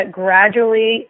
gradually